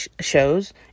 shows